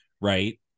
Right